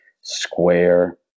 square